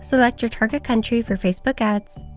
select your target country for facebook ads,